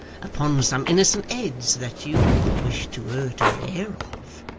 upon some innocent heads that you wouldn't wish to hurt a hair of.